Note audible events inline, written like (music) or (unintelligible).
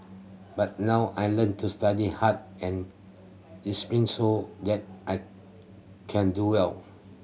but now I learnt to study hard and (unintelligible) so that I can do well